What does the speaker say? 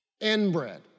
inbred